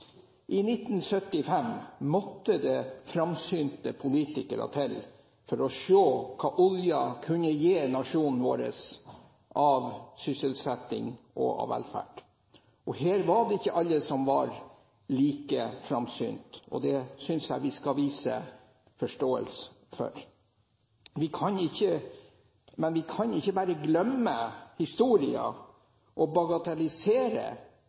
I 1975 måtte det framsynte politikere til for å se hva oljen kunne gi nasjonen vår av sysselsetting og velferd. Her var det ikke alle som var like framsynte. Det synes jeg vi skal vise forståelse for. Men vi kan ikke bare glemme historien og bagatellisere